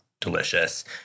delicious